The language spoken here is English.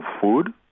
food